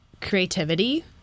creativity